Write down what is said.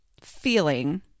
feeling